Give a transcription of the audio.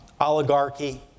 oligarchy